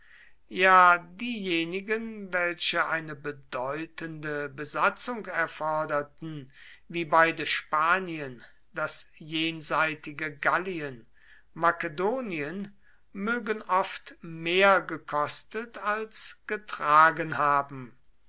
ja diejenigen welche eine bedeutende besatzung erforderten wie beide spanien das jenseitige gallien makedonien mögen oft mehr gekostet als getragen haben